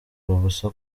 ubusa